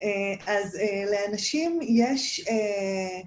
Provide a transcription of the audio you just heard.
‫אז לאנשים יש...